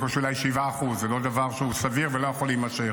בקושי אולי 7%. זה לא דבר שהוא סביר ולא יכול להימשך.